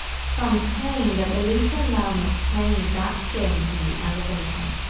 some claim that elisa lam was playing that game in the elevator.